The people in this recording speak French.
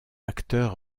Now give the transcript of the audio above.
acteur